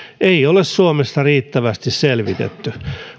ei ole suomessa riittävästi selvitetty